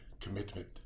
commitment